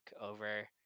over